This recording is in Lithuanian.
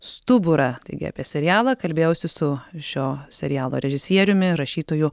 stuburą taigi apie serialą kalbėjausi su šio serialo režisieriumi rašytoju